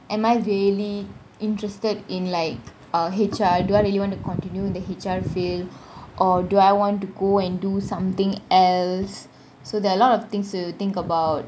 am I really interested in like uh H_R do I really want to continue in the H_R field or do I want to go and do something else so there are a lot of things to think about